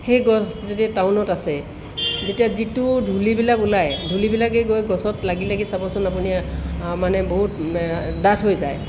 সেই গছ যদি টাউনত আছে যেতিয়া যিটো ধূলিবিলাক ওলাই ধূলিবিলাকে গৈ গছত লাগি লাগি চাবচোন আপুনি মানে বহুত ডাঠ হৈ যায়